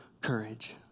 courage